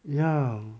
ya